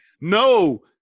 No